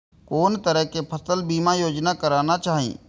कोन तरह के फसल बीमा योजना कराना चाही?